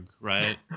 right